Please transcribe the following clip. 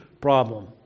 problem